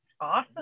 Awesome